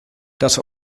das